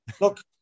Look